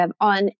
on